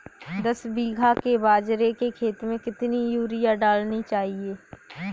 दस बीघा के बाजरे के खेत में कितनी यूरिया डालनी चाहिए?